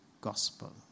gospel